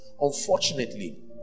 Unfortunately